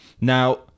Now